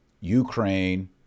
Ukraine